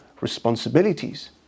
responsibilities